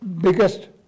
biggest